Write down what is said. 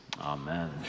Amen